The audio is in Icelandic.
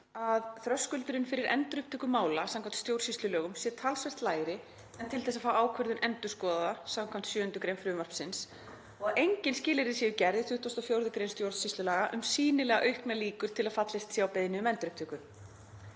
að þröskuldurinn fyrir endurupptöku mála samkvæmt stjórnsýslulögum sé „talsvert lægri“ en til þess að fá ákvörðun endurskoðaða skv. 7. gr. frumvarpsins og að „engin skilyrði“ séu gerð í 24. gr. stjórnsýslulaga um sýnilega auknar líkur til að fallist sé á beiðni um endurupptöku.